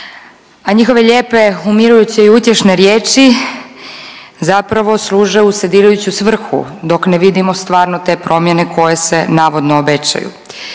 a njihove lijepe, umirujuće i utješne riječi zapravo služe u …/Govornik se ne razumije/…svrhu dok ne vidimo stvarno te promjene koje se navodno obećaju